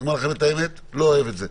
אומר לכם את האמת: לא אוהב את זה.